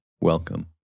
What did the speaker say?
Welcome